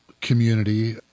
community